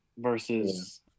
versus